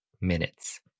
minutes